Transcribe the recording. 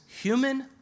human